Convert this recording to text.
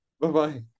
Bye-bye